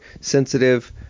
sensitive